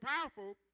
powerful